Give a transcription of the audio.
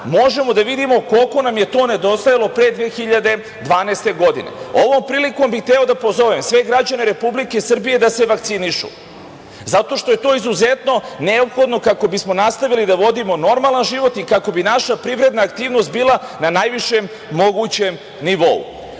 možemo da vidimo koliko nam je to nedostajalo pre 2012. godine. Ovom prilikom bih hteo da pozovem sve građane Republike Srbije da se vakcinišu, zato što je to izuzetno neophodno kako bismo nastavili da vodimo normalan život i kako bi naša privredna aktivnost bila na najvišem mogućem nivou. Ono